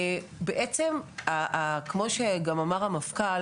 בעצם, כמו שגם אמר המפכ"ל